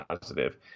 positive